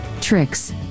tricks